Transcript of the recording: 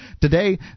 Today